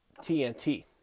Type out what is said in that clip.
TNT